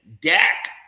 Dak